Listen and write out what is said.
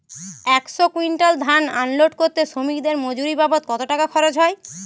একশো কুইন্টাল ধান আনলোড করতে শ্রমিকের মজুরি বাবদ কত টাকা খরচ হয়?